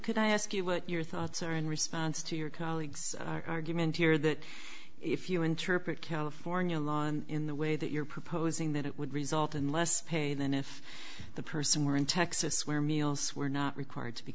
could i ask you what your thoughts are in response to your colleague's argument here that if you interpret california law and in the way that you're proposing that it would result in less pay than if the person were in texas where meals were not required to be